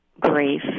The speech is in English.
grief